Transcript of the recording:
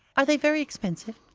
are they very expensive?